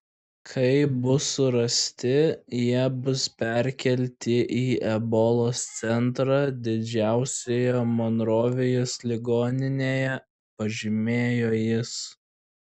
kai bus surasti jie bus perkelti į ebolos centrą didžiausioje monrovijos ligoninėje pažymėjo jis